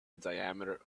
diameter